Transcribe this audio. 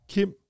Kim